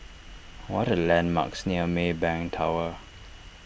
what are the landmarks near Maybank Tower